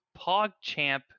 PogChamp